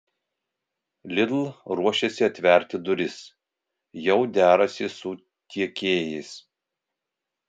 lidl ruošiasi atverti duris jau derasi su tiekėjais